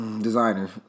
Designer